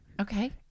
Okay